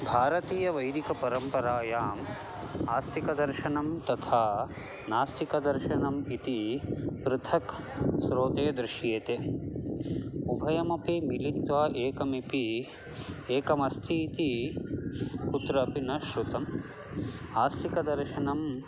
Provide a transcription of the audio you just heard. भारतीयवैदिकपरम्परायाम् आस्तिकदर्शनं तथा नास्तिकदर्शनम् इति पृथक् स्रोते दृश्येते उभयमपि मिलित्वा एकमिपि एकम् अस्ति इति कुत्रापि न श्रुतम् आस्तिकदर्शनम्